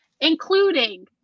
including